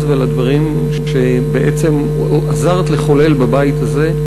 ועל הדברים שבעצם עזרת לחולל בבית הזה,